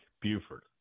Buford